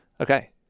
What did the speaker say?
Okay